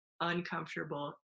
uncomfortable